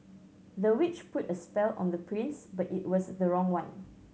the witch put a spell on the prince but it was the wrong one